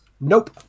Nope